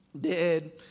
dead